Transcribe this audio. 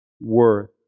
worth